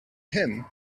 him